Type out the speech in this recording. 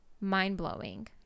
mind-blowing